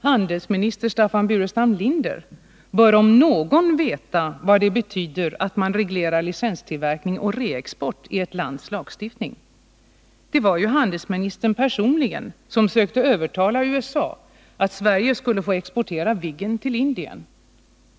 Handelsminister Staffan Burenstam Linder bör om någon veta vad det betyder att man reglerar licenstillverkning och reexport i ett lands lagstiftning. Det var ju handelsministern personligen som sökte övertala USA att Sverige skulle få exportera Viggen till Indien.